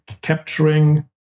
capturing